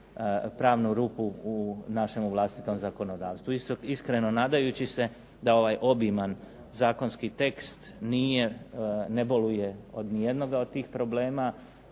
pravnu rupu u našem vlastitom zakonodavstvu. Iskreno nadajući se da ovaj obiman Zakonski tekst ne boluje od ni jednoga od ovih problema